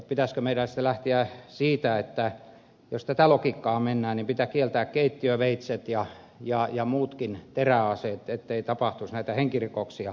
pitäisikö meidän sitten lähteä siitä että jos tätä logiikkaa mennään niin pitää kieltää keittiöveitset ja muutkin teräaseet ettei tapahtuisi näitä henkirikoksia